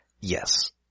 Yes